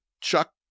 Chuck